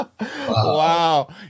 Wow